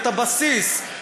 את הבסיס,